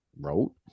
wrote